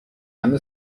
همه